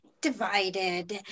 divided